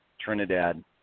Trinidad